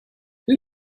who